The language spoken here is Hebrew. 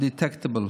undetectable.